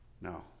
No